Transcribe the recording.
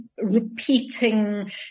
repeating